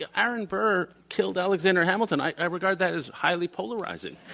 ah aaron burr killed alexander hamilton. i would write that as highly polarizing.